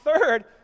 third